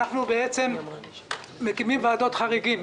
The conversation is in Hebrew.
אנחנו מקימים ועדות חריגים.